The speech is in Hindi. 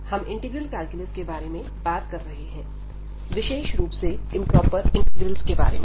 हम इंटीग्रल कॅल्क्युलस के बारे में बात कर रहे हैं विशेष रूप से इंप्रोपर इंटीग्रल्स के बारे में